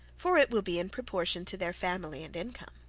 for it will be in proportion to their family and income.